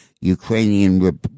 Ukrainian